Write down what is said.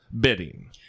bidding